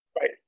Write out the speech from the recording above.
right